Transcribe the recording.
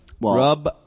Rub